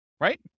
Right